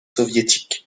soviétique